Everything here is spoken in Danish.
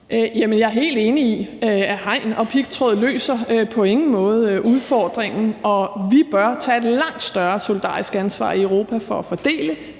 Jeg er helt enig i, at hegn og pigtråd på ingen måde løser udfordringen, og at vi bør tage et langt større solidarisk ansvar i Europa for at fordele